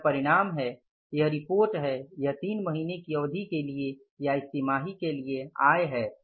यह परिणाम है यह रिपोर्ट है यह 3 महीने की अवधि के लिए या इस तिमाही के लिए आय है